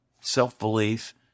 self-belief